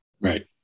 Right